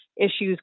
issues